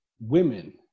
women